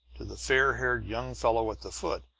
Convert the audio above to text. to the fair-haired young fellow at the foot,